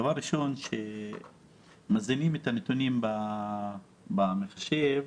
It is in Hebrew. כשמזינים את הנתונים במחשב,